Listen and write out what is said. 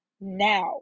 now